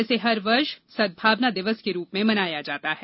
इसे हर वर्ष सद्भावना दिवस के रूप में मनाया जाता है